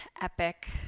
epic